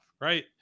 right